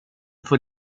får